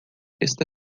está